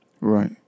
Right